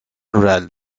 rural